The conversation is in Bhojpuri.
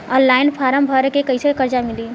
ऑनलाइन फ़ारम् भर के कैसे कर्जा मिली?